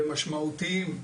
ומשמעותיים,